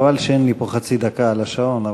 חבל שאין לי פה חצי דקה על השעון,